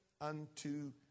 unto